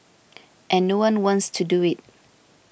and no one wants to do it